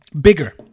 Bigger